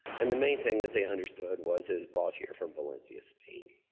and the main thing that they understood was it was brought here from valencia, spain.